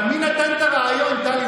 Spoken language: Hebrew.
מי נתן את הרעיון, טלי?